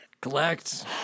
collect